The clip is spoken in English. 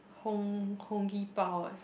Hong-Hong Kee-Bao eh